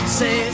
say